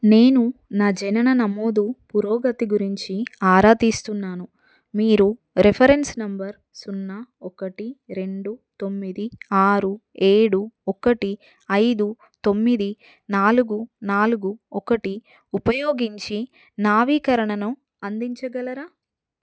నేను నా జనన నమోదు పురోగతి గురించి ఆరా తీస్తున్నాను మీరు రిఫరెన్స్ నంబర్ సున్నా ఒకటి రెండు తొమ్మిది ఆరు ఏడు ఒకటి ఐదు తొమ్మిది నాలుగు నాలుగు ఒకటి ఉపయోగించి నవీకరణను అందించగలరా